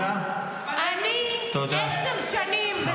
אני עשר שנים,